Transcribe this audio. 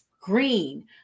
green